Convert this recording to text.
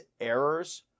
errors